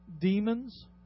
demons